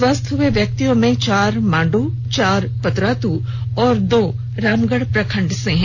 स्वस्थ हुए व्यक्तियों में चार मांडू चार पतरातू और दो रामगढ़ प्रखंड से हैं